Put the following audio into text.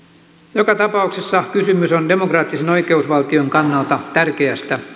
joka tapauksessa kysymys on demokraattisen oikeusvaltion kannalta tärkeästä